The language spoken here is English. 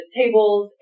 tables